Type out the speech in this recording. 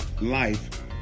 life